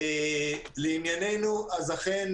לענייננו, אכן